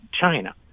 China